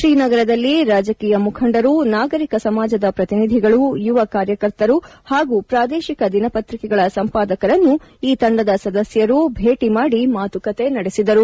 ಶ್ರೀನಗರದಲ್ಲಿ ರಾಜಕೀಯ ಮುಖಂಡರು ನಾಗರಿಕ ಸಮಾಜದ ಪ್ರತಿನಿಧಿಗಳು ಯುವ ಕಾರ್ಯಕರ್ತರು ಹಾಗೂ ಪ್ರಾದೇಶಿಕ ದಿನಪತ್ರಿಕೆಗಳ ಸಂಪಾದಕರನ್ನು ಈ ತಂಡದ ಸದಸ್ದರು ನಿನ್ನೆ ಭೇಟಿ ಮಾಡಿ ಮಾತುಕತೆ ನಡೆಸಿದರು